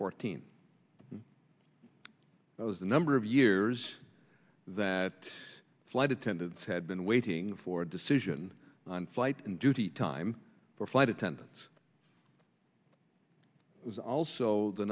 fourteen that was the number of years that flight attendants had been waiting for a decision on flight and duty time for flight attendants was also the